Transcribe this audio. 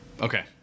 Okay